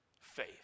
Faith